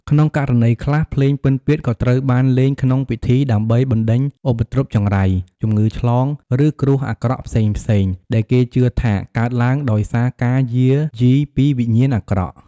ក្នុងករណីខ្លះ ភ្លេងពិណពាទ្យក៏ត្រូវបានលេងក្នុងពិធីដើម្បីបណ្ដេញនូវឧបទ្រពចង្រៃ ជំងឺឆ្លង ឬគ្រោះអាក្រក់ផ្សេងៗ ដែលគេជឿថាកើតឡើងដោយសារការយាយីពីវិញ្ញាណអាក្រក់។